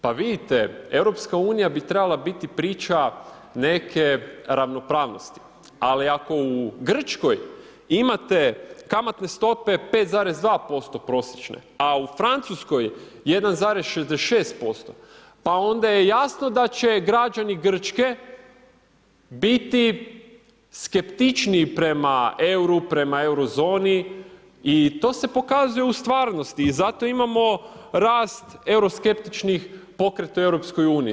Pa vidite, EU bi trebala biti priča neke ravnopravnosti ali ako u Grčkoj imate kamatne stope 5,2% prosječne, a u Francuskoj 1,66%, pa onda je jasno da će građani Grčke biti skeptičniji prema euru, prema Euro zoni i to se pokazuje u stvarnosti i zato imamo rast euroskeptičnih pokreta u EU-u.